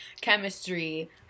chemistry